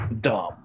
dumb